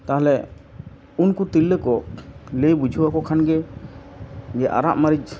ᱛᱟᱦᱚᱞᱮ ᱩᱱᱠᱩ ᱛᱤᱨᱞᱟᱹ ᱠᱚ ᱞᱟᱹᱭ ᱵᱩᱡᱷᱟᱹᱣᱟᱠᱚ ᱠᱷᱟᱱ ᱜᱮ ᱡᱮ ᱟᱨᱟᱜ ᱢᱟᱹᱨᱤᱪ